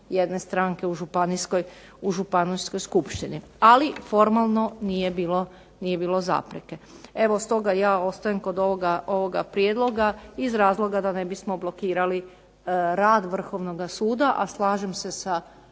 jedne stranke u Županijskoj skupštini. Ali, formalno nije bilo zapreke. Evo, stoga ja ostajem kod ovoga prijedloga iz razloga da ne bismo blokirali rad Vrhovnoga suda, a slažem se sa